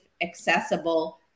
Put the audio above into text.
accessible